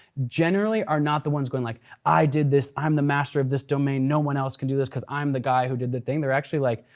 generally are not the ones going, like i did this, i'm the master of this domain. no one else can do this cause i'm the guy who did the thing. they're actually like,